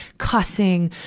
cussing,